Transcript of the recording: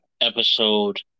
episode